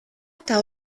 eta